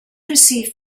received